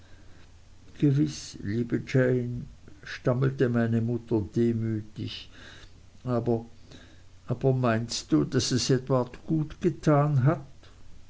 gewiß liebe jane stammelte meine mutter demütig aber aber meinst du daß es edward gut getan hat